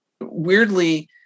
weirdly